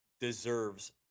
deserves